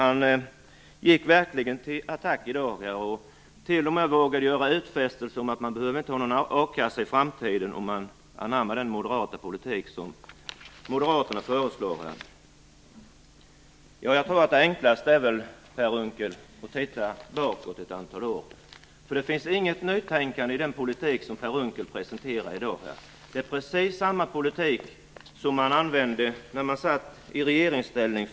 Han gick verkligen till attack i dag och vågade t.o.m. göra en utfästelse om att man inte behöver ha någon a-kassa i framtiden om man anammar den politik som moderaterna föreslår. Jag tror att det enklaste, Per Unckel, är att titta bakåt ett antal år. Det finns inget nytänkande i den politik som Per Unckel presenterar i dag. Det är precis samma politik som man förde när man satt i regeringsställning.